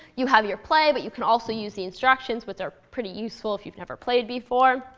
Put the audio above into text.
you have your play, but you can also use the instructions, which are pretty useful if you've never played before.